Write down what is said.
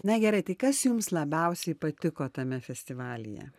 na gerai tai kas jums labiausiai patiko tame festivalyje